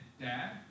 Dad